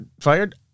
fired